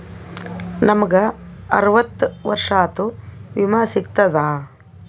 ನಮ್ ಗ ಅರವತ್ತ ವರ್ಷಾತು ವಿಮಾ ಸಿಗ್ತದಾ?